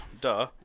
Duh